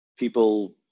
People